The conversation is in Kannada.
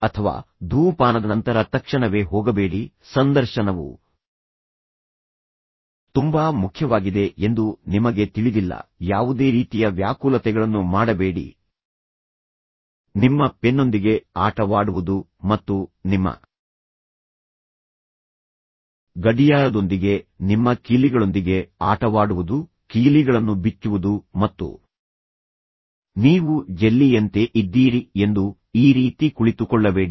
ಅಥವಾ ಧೂಮಪಾನದ ನಂತರ ತಕ್ಷಣವೇ ಹೋಗಬೇಡಿ ಸಂದರ್ಶನವು ತುಂಬಾ ಮುಖ್ಯವಾಗಿದೆ ಎಂದು ನಿಮಗೆ ತಿಳಿದಿಲ್ಲ ಯಾವುದೇ ರೀತಿಯ ವ್ಯಾಕುಲತೆಗಳನ್ನು ಮಾಡಬೇಡಿ ನಿಮ್ಮ ಪೆನ್ನೊಂದಿಗೆ ಆಟವಾಡುವುದು ಮತ್ತು ನಿಮ್ಮ ಗಡಿಯಾರದೊಂದಿಗೆ ನಿಮ್ಮ ಕೀಲಿಗಳೊಂದಿಗೆ ಆಟವಾಡುವುದು ಕೀಲಿಗಳನ್ನು ಬಿಚ್ಚುವುದು ಮತ್ತು ನೀವು ಜೆಲ್ಲಿಯಂತೆ ಇದ್ದೀರಿ ಎಂದು ಈ ರೀತಿ ಕುಳಿತುಕೊಳ್ಳಬೇಡಿ